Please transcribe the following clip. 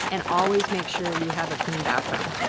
and always make sure you have a clean bathroom,